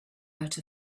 out